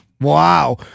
Wow